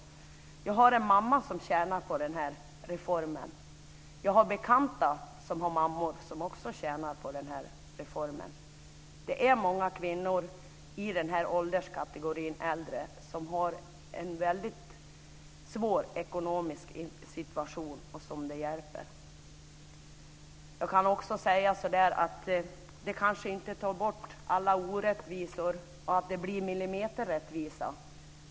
Jag har en mamma som tjänar på denna reform. Jag har bekanta som har mammor som också tjänar på denna reform. Det är många kvinnor i denna ålderskategori äldre som har en väldigt svår ekonomisk situation och som blir hjälpta. Jag kan också säga att reformen kanske inte tar bort alla orättvisor eller att det blir millimeterrättvisa.